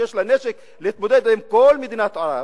שיש לה נשק להתמודד עם כל מדינות ערב,